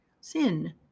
sin